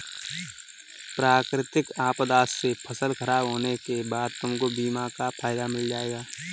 प्राकृतिक आपदा से फसल खराब होने के बाद तुमको बीमा का फायदा मिल जाएगा